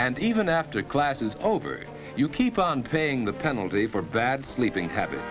and even after class is over you keep on paying the penalty for bad sleeping habits